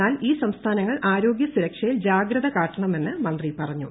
എന്നാൽ ഈ സംസ്ഥാന്നങ്ങൾ ആരോഗ്യ സുരക്ഷയിൽ ജാഗ്രത കാട്ടണമെന്ന് മന്ത്രി പറഞ്ഞു